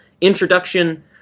introduction